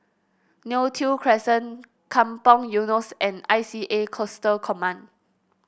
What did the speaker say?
Neo Tiew Crescent Kampong Eunos and I C A Coastal Command